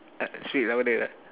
uh speak louder lah